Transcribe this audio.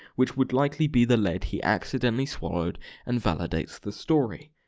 which would likely be the lead he accidentally swallowed and validates the story.